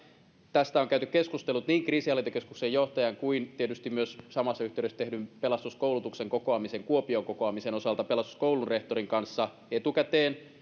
tästä on käyty keskustelut niin kriisinhallintakeskuksen johtajan kuin tietysti myös samassa yhteydessä tehdyn pelastuskoulutuksen kokoamisen kuopion kokoamisen osalta pelastuskoulun rehtorin kanssa etukäteen